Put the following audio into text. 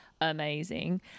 amazing